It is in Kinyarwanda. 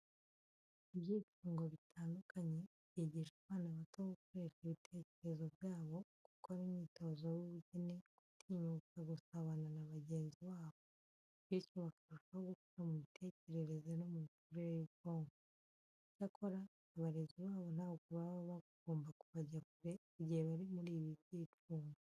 Ibyicungo bitandukanye byigisha abana bato gukoresha ibitekerezo byabo, gukora imyitozo y'ubugeni, gutinyuka gusabana na bagenzi babo bityo bakarushaho gukura mu mitekerereze no mu mikurire y'ubwonko. Icyakora abarezi babo ntabwo baba bagomba kubajya kure igihe bari muri ibi byicungo.